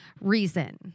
reason